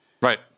Right